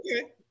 okay